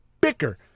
bicker